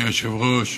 אדוני היושב-ראש,